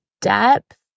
depth